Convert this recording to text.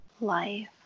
Life